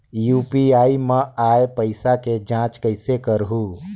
UPI मा आय पइसा के जांच कइसे करहूं?